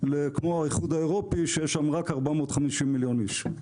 כמו האיחוד האירופי שיש שם רק 450 מיליון איש.